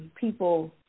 people